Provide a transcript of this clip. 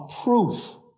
proof